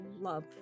love